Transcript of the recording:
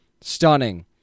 stunning